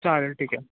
चालेल ठीक आहे